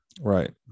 Right